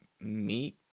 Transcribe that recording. meet